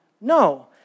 No